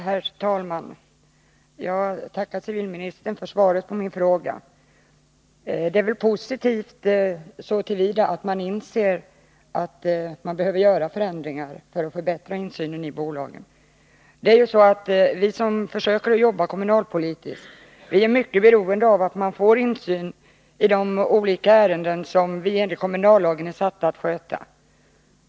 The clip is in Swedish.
Herr talman! Jag tackar civilministern för svaret på min fråga. Det är positivt så till vida att civilministern inser att man behöver göra förändringar för att förbättra insynen i bolagen. Vi som försöker arbeta kommunalpolitiskt är mycket beroende av att få insyn i de olika ärenden som vi enligt kommunallagen är satta att sköta.